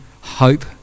hope